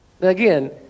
Again